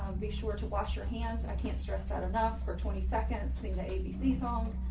be sure to wash your hands i can't stress that enough for twenty seconds sing the abc song.